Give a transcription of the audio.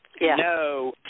No